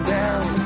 down